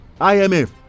imf